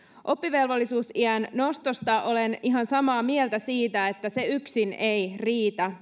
oppivelvollisuusiän nostosta olen ihan samaa mieltä että se yksin ei riitä